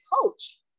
coach